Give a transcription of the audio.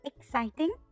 exciting